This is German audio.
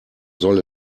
soll